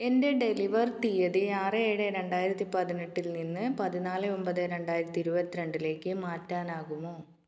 എന്റെ ഡെലിവർ തീയ്യതി ആറ് ഏഴ് രണ്ടായിരത്തി പതിനെട്ടിൽ നിന്ന് പതിനാല് ഒമ്പത് രണ്ടായിരത്തി ഇരുപത്തി രണ്ടിലേക്ക് മാറ്റാനാകുമോ